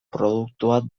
produktua